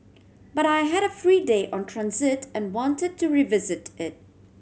but I had a free day on transit and wanted to revisit it